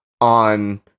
on